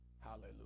Hallelujah